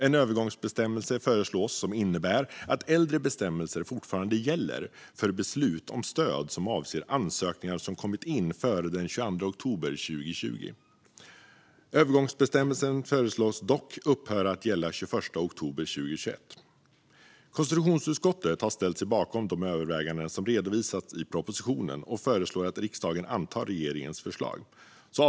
En övergångsbestämmelse föreslås. Den innebär att äldre bestämmelser fortfarande gäller för beslut om stöd som avser ansökningar som kommit in före den 22 oktober 2020. Övergångsbestämmelsen föreslås dock upphöra att gälla den 21 oktober 2021. Konstitutionsutskottet har ställt sig bakom de överväganden som redovisas i propositionen och föreslår att riksdagen antar regeringens förslag. Fru talman!